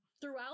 throughout